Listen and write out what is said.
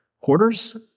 quarters